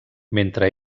mentre